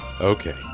Okay